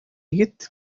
егет